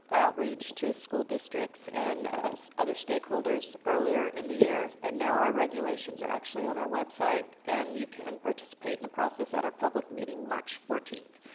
outreach to school districts and other stakeholders earlier in the year. and now our regulations are actually on our website, and you can participate at the process at our public meeting march fourteenth.